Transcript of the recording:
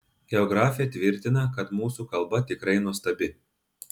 geografė tvirtina kad mūsų kalba tikrai nuostabi